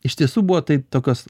iš tiesų buvo tai tokios